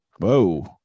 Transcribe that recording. Whoa